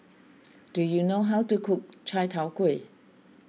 do you know how to cook Chai Tow Kway